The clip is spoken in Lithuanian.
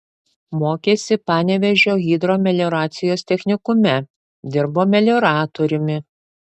mokėsi panevėžio hidromelioracijos technikume dirbo melioratoriumi